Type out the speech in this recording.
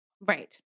Right